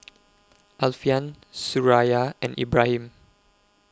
Alfian Suraya and Ibrahim